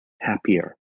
happier